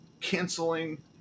canceling